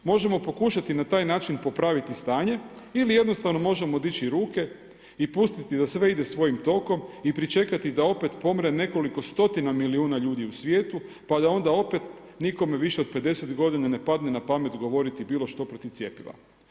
Možemo pokušati na taj način popraviti stanje ili jednostavno možemo dići ruke i pustiti da sve ide svojim tokom i pričekati da opet pomre nekoliko stotina milijuna ljudi u svijetu, pa da onda opet nikome više od 50 godine ne padne na pamet govoriti bilo što protiv cjepiva.